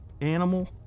animal